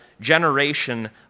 generation